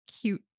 cute